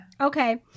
Okay